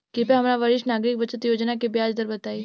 कृपया हमरा वरिष्ठ नागरिक बचत योजना के ब्याज दर बताई